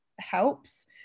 helps